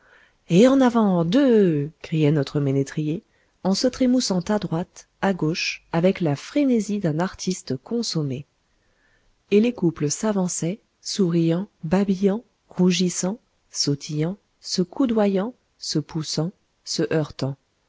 et en avant deux criait notre ménétrier en se trémoussant à droite à gauche avec la frénésie d'un artiste consommé et les couples s'avançaient souriant babillant rougissant sautillant se coudoyant se poussant se heurtant